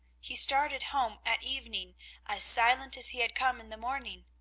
he started home at evening as silent as he had come in the morning.